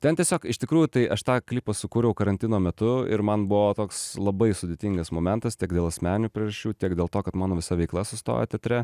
ten tiesiog iš tikrųjų tai aš tą klipą sukūriau karantino metu ir man buvo toks labai sudėtingas momentas tiek dėl asmeninių priežasčių tiek dėl to kad mano visa veikla sustojo teatre